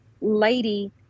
lady